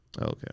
Okay